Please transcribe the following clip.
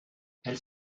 elles